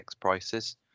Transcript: prices